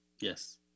yes